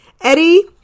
Eddie